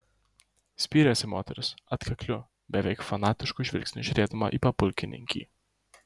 spyrėsi moteris atkakliu beveik fanatišku žvilgsniu žiūrėdama į papulkininkį